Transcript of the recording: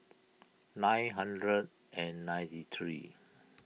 nine hundred and ninety three